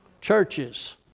Churches